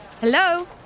Hello